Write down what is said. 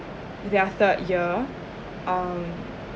they are third year um